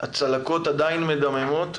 שהצלקות עדיין מדממות.